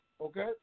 Okay